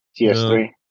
TS3